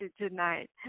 tonight